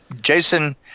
Jason